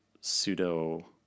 pseudo